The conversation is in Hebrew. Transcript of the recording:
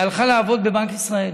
היא הלכה לעבוד בבנק ישראל